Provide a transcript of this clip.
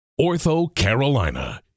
OrthoCarolina